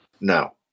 no